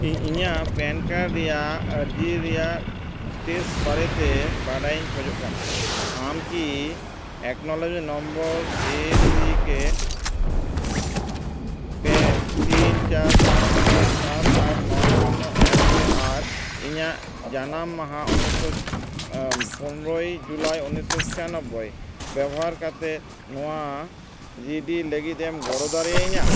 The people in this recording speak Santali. ᱤᱧ ᱤᱧᱟᱹᱜ ᱯᱮᱱ ᱠᱟᱨᱰ ᱨᱮᱭᱟᱜ ᱟᱹᱨᱡᱤ ᱨᱮᱭᱟᱜ ᱮᱥᱴᱮᱥ ᱵᱟᱨᱮᱛᱮ ᱵᱟᱰᱟᱭ ᱤᱧ ᱠᱷᱚᱡᱚᱜ ᱠᱟᱱᱟ ᱟᱢ ᱠᱤ acknowledgement number A C K P ᱛᱤᱱ ᱪᱟᱨ ᱯᱟᱸᱪ ᱪᱷᱚᱭ ᱥᱟᱛ ᱟᱴ ᱱᱚᱭ ᱥᱩᱱᱱᱚ ᱮᱠ ᱫᱩᱭ ᱟᱨ ᱤᱧᱟᱹᱜ ᱡᱟᱱᱟᱢ ᱢᱟᱦᱟ ᱩᱱᱤᱥᱥᱚ ᱯᱚᱱᱨᱚᱭ ᱡᱩᱞᱟᱭ ᱩᱱᱤᱥᱥᱚ ᱪᱷᱤᱭᱟᱱᱚᱵᱵᱳᱭ ᱵᱮᱵᱚᱦᱟᱨ ᱠᱟᱛᱮᱫ ᱱᱚᱣᱟ ᱡᱤᱰᱤ ᱞᱟᱹᱜᱤᱫ ᱮᱢ ᱜᱚᱲᱚ ᱫᱟᱲᱮᱭᱟᱹᱧᱟᱹ